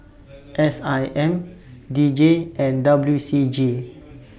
S I M D J and W C G